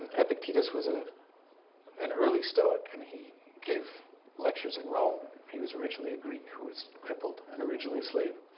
and epictetus was ah an early stoic and he gave lectures in rome. he was originally a greek who was crippled and originally a slave.